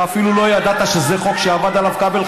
אפילו לא ידעת שזה חוק שעבד על זה כבל,